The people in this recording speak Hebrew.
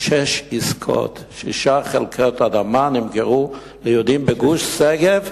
שש עסקאות, שש חלקות אדמה נמכרו ליהודים בגוש-שגב,